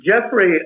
Jeffrey